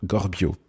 Gorbio